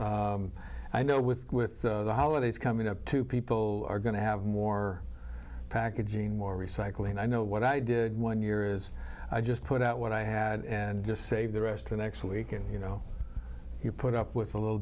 day i know with the holidays coming up too people are going to have more packaging more recycling and i know what i did one year is i just put out what i had and just save the rest the next week and you know you put up with a little